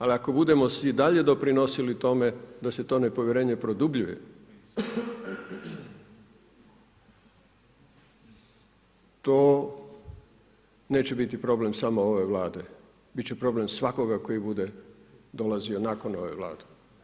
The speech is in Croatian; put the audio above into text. Ali ako budemo si i dalje doprinosili tome da se to nepovjerenje produbljuje to neće biti problem samo ove Vlade, bit će problem svakoga koji bude dolazio nakon ove Vlade.